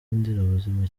nderabuzima